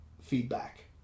feedback